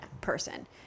person